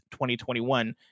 2021